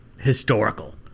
historical